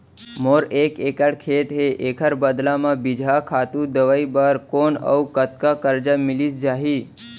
मोर एक एक्कड़ खेत हे, एखर बदला म बीजहा, खातू, दवई बर कोन अऊ कतका करजा मिलिस जाही?